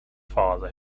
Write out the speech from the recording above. father